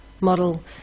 model